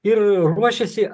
ir ruošiasi